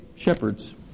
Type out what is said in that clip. Shepherds